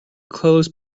clothes